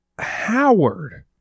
Howard